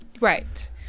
Right